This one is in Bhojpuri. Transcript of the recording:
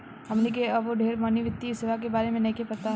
हमनी के अबो ढेर मनी वित्तीय सेवा के बारे में नइखे पता